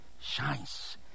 shines